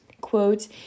quote